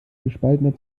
gespaltener